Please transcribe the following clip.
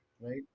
right